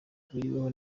bihuriweho